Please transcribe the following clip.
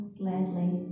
gladly